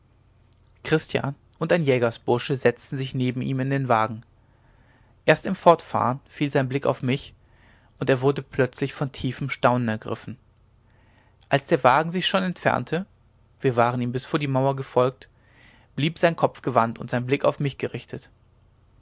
christian und ein jägerbursche setzten sich neben ihm in den wagen erst im fortfahren fiel sein blick auf mich und er wurde plötzlich von tiefem staunen ergriffen als der wagen sich schon entfernte wir waren ihm bis vor die mauer gefolgt blieb sein kopf gewandt und sein blick auf mich gerichtet